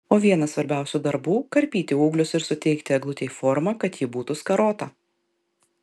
o vienas svarbiausių darbų karpyti ūglius ir suteikti eglutei formą kad ji būtų skarota